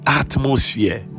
atmosphere